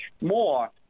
more